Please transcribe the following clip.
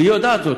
והיא יודעת זאת,